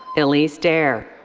elise der.